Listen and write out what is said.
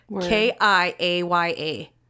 K-I-A-Y-A